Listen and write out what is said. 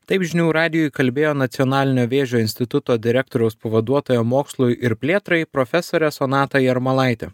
taip žinių radijui kalbėjo nacionalinio vėžio instituto direktoriaus pavaduotoja mokslui ir plėtrai profesorė sonata jarmalaitė